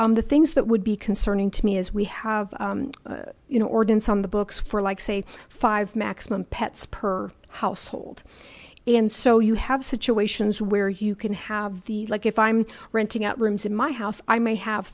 the things that would be concerning to me is we have you know ordinance on the books for like say five maximum pets per household and so you have situations where you can have the like if i'm renting out rooms in my house i may have